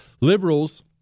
Liberals